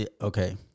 Okay